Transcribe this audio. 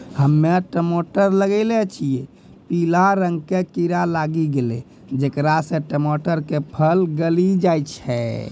हम्मे टमाटर लगैलो छियै पीला रंग के कीड़ा लागी गैलै जेकरा से टमाटर के फल गली जाय छै?